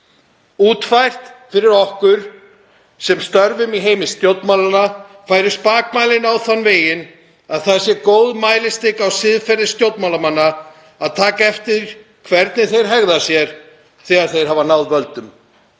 Útfært fyrir okkur sem störfum í heimi stjórnmálanna færu spakmælin á þann veginn að það sé góð mælistika á siðferði stjórnmálamanna að taka eftir hvernig þeir hegða sér þegar þeir hafa náð völdum.